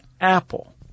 apple